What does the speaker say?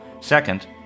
Second